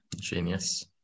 Genius